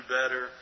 better